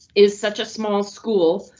is such a small schools,